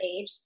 age